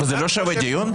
זה לא שווה דיון?